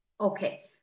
Okay